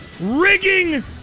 rigging